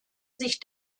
sich